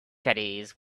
caddies